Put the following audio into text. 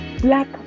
black